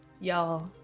y'all